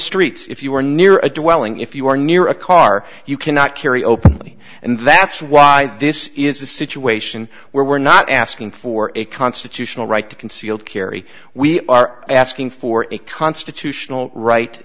streets if you were near a dwelling if you were near a car you cannot carry openly and that's why this is a situation where we're not asking for a constitutional right to concealed carry we are asking for a constitutional right